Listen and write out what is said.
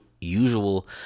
usual